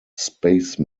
space